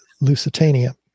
lusitania